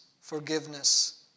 forgiveness